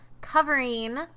covering